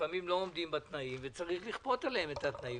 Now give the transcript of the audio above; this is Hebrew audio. לפעמים לא עומדים בתנאים וצריך לכפות עליהם את התנאים.